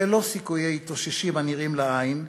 ללא סיכויי התאוששות הנראים לעין,